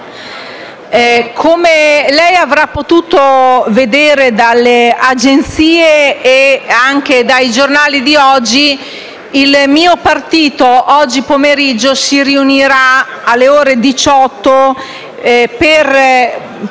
come lei avrà potuto leggere sulle agenzie e anche sui giornali di oggi, il mio partito oggi pomeriggio si riunirà alle ore 18 per